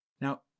Now